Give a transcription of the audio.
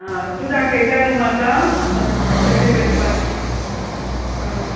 आं तूं दाखयता न्हू म्हाका हय कशें करपाक आं